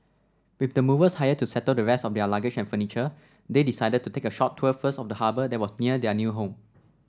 with the movers hired to settle the rest of their luggage and furniture they decided to take a short tour first of the harbour that was near their new home